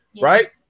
right